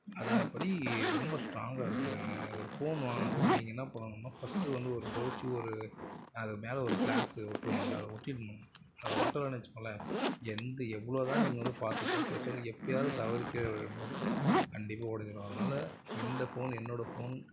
அதை அப்படி ரொம்ப ஸ்டாங்காக இருக்குதுங்க ஒரு ஃபோன் வாங்கினாகூட நீங்கள் என்ன பண்ணணும்னா ஃபஸ்ட்டு வந்து ஒரு பவுச்சி ஒரு அது மேலே ஒரு கிளாஸு ஒட்டுவாங்க அதை ஒட்டிவிடணும் அதை ஒட்டலைனு வச்சுகோங்களேன் எந்த எவ்வளோதான் நீங்களும் பார்த்து பார்த்து வைச்சாலும் எப்பேயாவது தவறி கீழே விழும்போது கண்டிப்பாக உடஞ்சிடும் அதனால் எந்த ஃபோன் என்னோட ஃபோன்